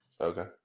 Okay